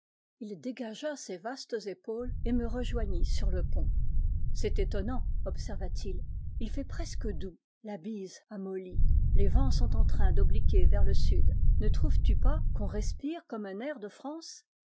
il dégagea ses vastes épaules et me rejoignit sur le pont c'est étonnant observa-t-il il fait presque doux la bise a molli les vents sont en train d'obliquer vers le sud ne trouves-tu pas qu'on respire comme un air de france